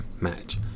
match